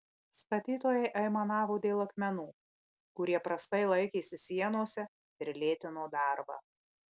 statytojai aimanavo dėl akmenų kurie prastai laikėsi sienose ir lėtino darbą